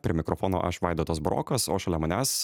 prie mikrofono aš vaidotas burokas o šalia manęs